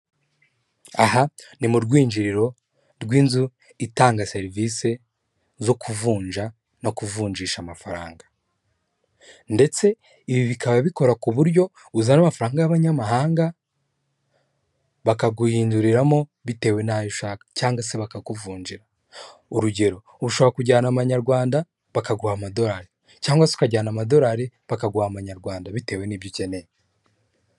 Aha ni mu rwinjiriro rw'inzu itanga serivisi zo kuvunja no kuvunjisha amafaranga ndetse ibi bikaba bikora kuburyo uzana amafaranga y'abanyamahanga bakaguhinduriramo bitewe n'ayo ushaka cyangwa se bakakuvunjira urugero ushobora kujyana amanyarwanda bakaguha amadolari cyangwa se ukajyana amadolari bakaguha amanyarwanda bitewe n'ibyo ukeneye.